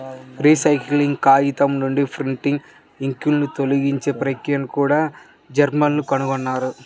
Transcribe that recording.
recycle కాగితం నుండి printing ఇంక్లను తొలగించే ప్రక్రియను కూడా జర్మన్లు కనుగొన్నారు